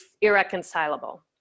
irreconcilable